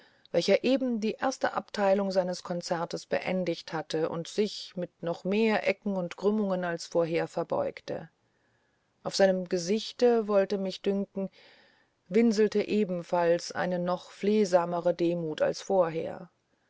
welcher eben die erste abteilung seines konzertes beendigt hatte und sich mit noch mehr ecken und krümmungen als vorher verbeugte auf seinem gesichte wollte mich bedünken winselte ebenfalls eine noch flehsamere demut als vorher